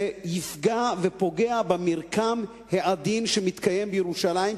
זה יפגע ופוגע במרקם העדין שמתקיים בירושלים,